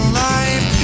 life